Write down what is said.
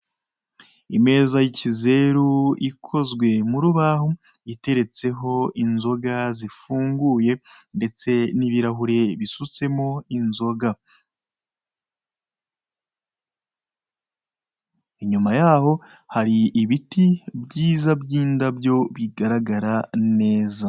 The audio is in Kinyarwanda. Imeze y'ikizeru ikozwe mu rubaho teretseho inzoga zifunguye, ndetse n'ibirahure bisutsemo inzoga. Inyuma yaho hari ibiti byiza by'indabyo bigaragara neza.